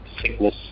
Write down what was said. sickness